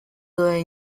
dove